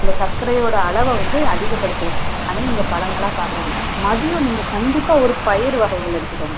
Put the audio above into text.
அந்த சர்க்கரையோடய அளவை வந்து அதிகப்படுத்திவிடும் அதனால் நீங்கள் பழங்களா சாப்பிடுங்க மதியம் நீங்கள் கண்டிப்பாக ஒரு பயிறு வகைகள் எடுத்துக்கோங்க